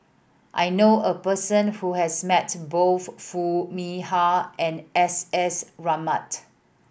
I knew a person who has met both Foo Mee Har and S S